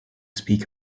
speak